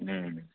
ಹ್ಞೂ